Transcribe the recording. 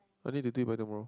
what if you do it by tomorrow